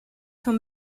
son